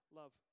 love